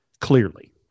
clearly